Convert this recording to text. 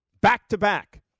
Back-to-back